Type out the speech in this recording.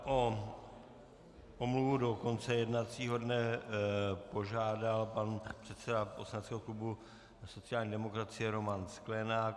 O omluvu do konce jednacího dne požádal pan předseda poslaneckého klubu sociální demokracie Roman Sklenák.